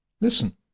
listen